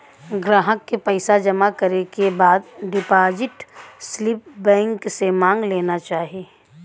ग्राहक के पइसा जमा करे के बाद डिपाजिट स्लिप बैंक से मांग लेना चाही